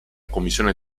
commissione